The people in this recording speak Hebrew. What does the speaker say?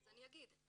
אני אגיד.